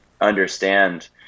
understand